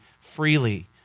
freely